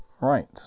right